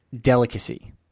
delicacy